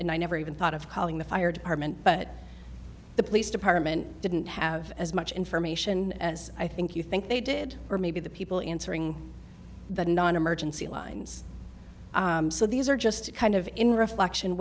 and i never even thought of calling the fire department but the police department didn't have as much information as i think you think they did or maybe the people in the non emergency lines so these are just kind of in reflection